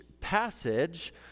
passage